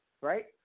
right